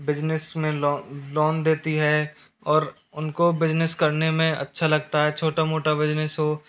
business में लो loan देती है और उनको बिज़नेस करने में अच्छा लगता है छोटा मोटा बिज़नेस हो